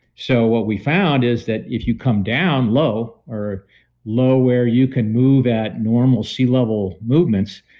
so what we found is that if you come down low or low where you can move at normal sea level movements,